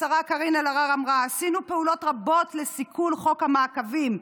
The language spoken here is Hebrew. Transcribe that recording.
השרה קארין אלהרר אמרה: "עשינו פעולות רבות לסיכול חוק המעקבים,